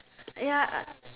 ya